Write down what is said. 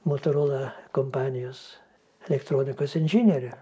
motorola kompanijos elektronikos inžinieriu